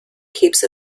keeps